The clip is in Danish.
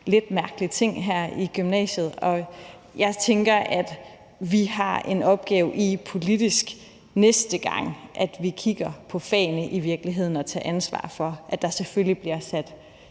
lidt mærkelig ting i gymnasiet, og jeg tænker, at vi har en opgave i politisk næste gang at kigge på fagene i virkeligheden og tager ansvar for, at der selvfølgelig bliver sat